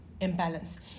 imbalance